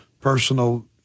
personal